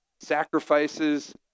sacrifices